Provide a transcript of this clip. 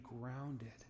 grounded